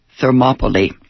Thermopylae